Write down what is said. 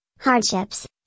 hardships